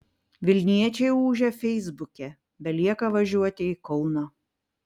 vilniečiai ūžia feisbuke belieka važiuoti į kauną